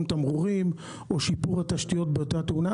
תמרורים או שיפור התשתיות באותה תאונה.